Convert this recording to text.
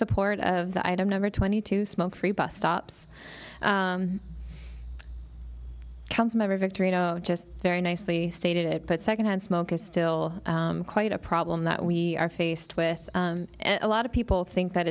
support of the item number twenty two smoke free bus stops council member victory just very nicely stated but secondhand smoke is still quite a problem that we are faced with a lot of people think that